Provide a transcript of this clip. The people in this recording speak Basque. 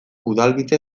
udalbiltza